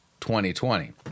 2020